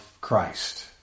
Christ